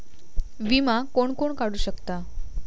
विमा कोण कोण काढू शकता?